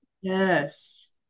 Yes